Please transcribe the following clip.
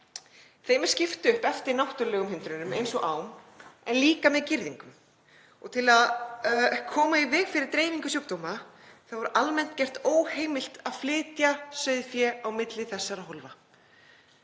Þeim er skipt upp eftir náttúrulegum hindrunum eins og ám, en líka með girðingum. Til að koma í veg fyrir dreifingu sjúkdóma er almennt gert óheimilt að flytja sauðfé á milli þessara hólfa.